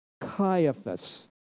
Caiaphas